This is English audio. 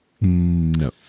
No